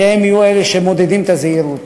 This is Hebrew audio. שהם יהיו אלה שמודדים את הזהירות.